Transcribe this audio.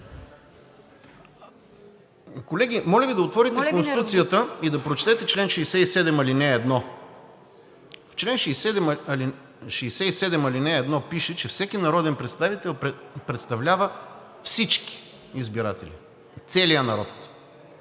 Колеги, моля Ви да отворите Конституцията и да прочетете чл. 67, ал. 1. В чл. 67, ал. 1 пише, че всеки народен представител представлява всички избиратели, целия народ,